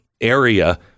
area